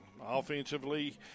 Offensively